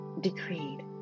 decreed